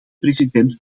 president